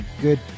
good